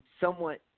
somewhat